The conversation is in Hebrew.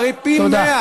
הרי זה פי-מאה.